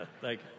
Thank